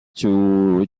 two